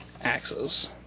axes